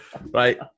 Right